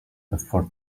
before